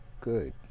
good